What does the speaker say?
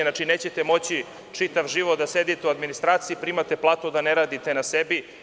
Znači, nećete moći čitav život da sedite u administraciji, primate platu, a da ne radite na sebi.